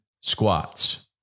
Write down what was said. squats